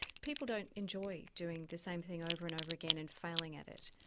people don't enjoy doing the same thing over and over again and failing at it.